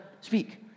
speak